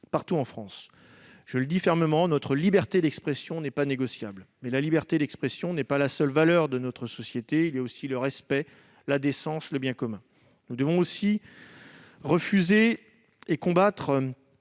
partout en France. Je le dis fermement : notre liberté d'expression n'est pas négociable. Mais la liberté d'expression n'est pas la seule valeur de notre société : il y a aussi le respect, la décence, le bien commun. Nous devons aussi refuser et combattre